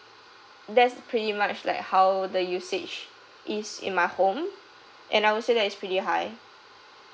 that's pretty much like how the usage is in my home and I would say that it's pretty high